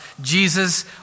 Jesus